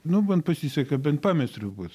nu man pasisekė bet pameistriu būt